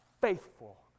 faithful